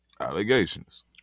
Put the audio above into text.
allegations